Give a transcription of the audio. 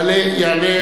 יעלה,